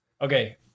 Okay